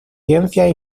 ciencias